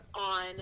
on